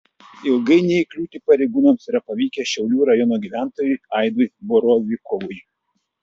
ilgai neįkliūti pareigūnams yra pavykę šiaulių rajono gyventojui aidui borovikovui